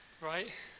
Right